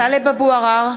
(קוראת בשמות חברי הכנסת) טלב אבו עראר,